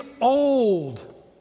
old